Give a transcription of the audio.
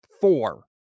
four